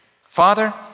Father